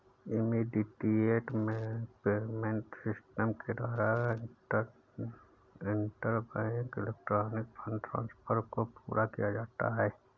immediate payment system के द्वारा interbank electronic fund transfer को पूरा किया जाता है